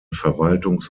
verwaltungs